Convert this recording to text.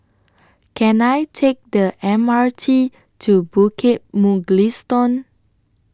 Can I Take The M R T to Bukit Mugliston